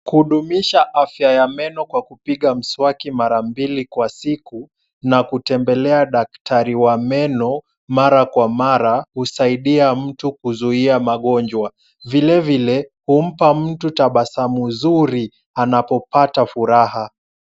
Kudumisha afya ya meno kwa kupiga mswaki mara mbili kwa siku na kutembelea daktari wa meno mara kwa mara husaidia mtu kuzuia magonjwa. Vilevile humpa mtu tabasamu zuri anapopata furaha.